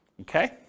Okay